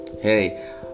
Hey